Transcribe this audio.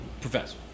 professor